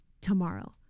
tomorrow